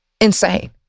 Insane